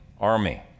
army